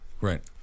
Right